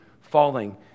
falling